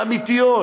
האמיתיות,